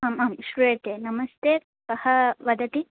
आमामां श्रूयते नमस्ते कः वदति